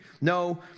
No